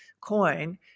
coin